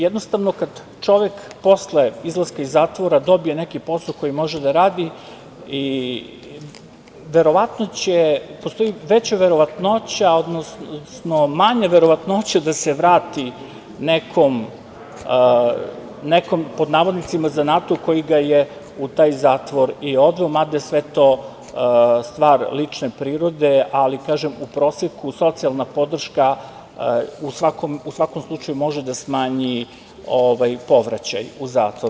Jednostavno, kada čovek posle izlaska iz zatvora dobije neki posao koji može da radi, postoji veća verovatnoća, odnosno manja verovatnoća da se vrati nekom, pod navodnicima zanatu koji ga je u taj zatvor i odveo, mada je sve to stvar lične prirode, ali kažem u proseku socijalna podrška u svakom slučaju može da smanji povraćaj u zatvor.